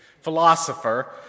philosopher